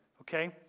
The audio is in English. okay